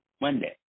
Monday